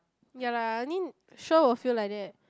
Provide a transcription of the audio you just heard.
ya lah I mean sure will feel like that